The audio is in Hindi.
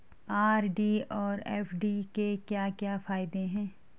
आर.डी और एफ.डी के क्या क्या फायदे हैं?